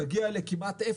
להגיע לכמעט אפס,